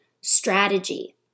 strategy